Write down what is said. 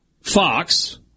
Fox